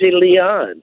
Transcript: Leon